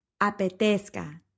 apetezca